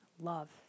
love